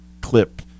clip